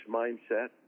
mindset